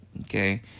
Okay